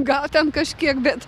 gal ten kažkiek bet